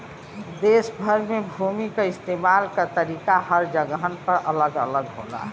देस भर में भूमि क इस्तेमाल क तरीका हर जगहन पर अलग अलग होला